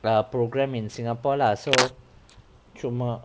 err programme in singapore lah so cuma